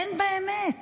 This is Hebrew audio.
אין בה אמת.